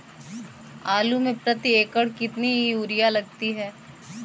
आलू में प्रति एकण कितनी यूरिया लगती है?